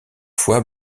fois